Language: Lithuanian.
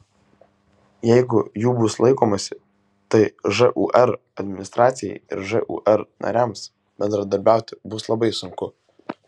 jeigu jų bus laikomasi tai žūr administracijai ir žūr nariams bendradarbiauti bus labai sunku